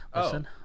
Listen